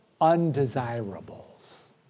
undesirables